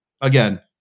again